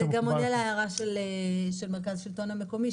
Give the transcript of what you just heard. זה עונה להערת מרכז השלטון המקומי,